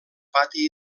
pati